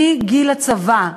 מגיל הצבא,